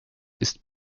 ist